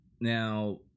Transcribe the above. Now